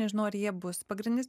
nežinau ar jie bus pagrindinis